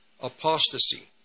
Apostasy